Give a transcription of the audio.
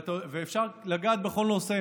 ואפשר לגעת בכל נושא.